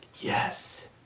Yes